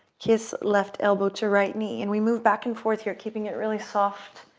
kiss left elbow to right knee. and we move back and forth here, keeping it really soft